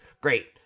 Great